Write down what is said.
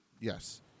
Yes